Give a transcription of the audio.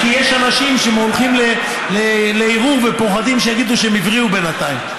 כי יש אנשים שהולכים לערעור ופוחדים שיגידו שהם הבריאו בינתיים.